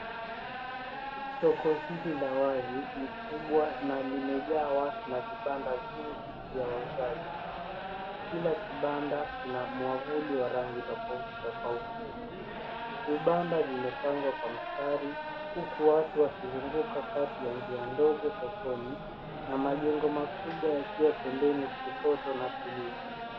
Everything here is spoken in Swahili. Soko hili la wazi ni kubwa na limejaa watu na vibanda vingi vya wauzaji. Kila kibanda kina mwavuli wa rangi tofauti tofauti. Vibanda vimepangwa kwa mistari huku watu wakizunguka kati ya njia ndogo sokoni na majengo majengo makubwa yakiwa pembeni kushoto na kulia.